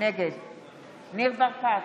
נגד ניר ברקת,